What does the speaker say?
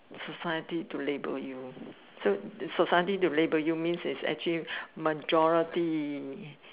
society to label you so society to label you means is actually majority